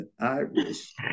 Irish